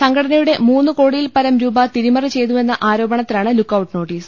സംഘടനയുടെ മൂന്ന് കോടി യിൽപ്പരം രൂപ തിരിമറി ചെയ്തുവെന്ന ആരോപണത്തിലാണ് ലുക്ക് ഔട്ട് നോട്ടീസ്